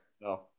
No